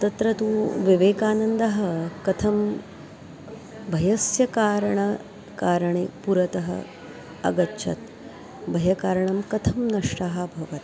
तत्र तु विवेकानन्दः कथं भयस्य कारणं कारणे पुरतः अगच्छत् भयकारणं कथं नष्टः अभवत्